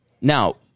now